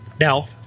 Now